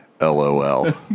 LOL